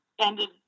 ended